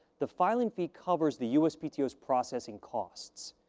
the filing fee covers the uspto's processing costs.